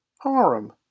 Harem